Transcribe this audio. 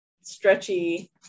stretchy